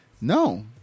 No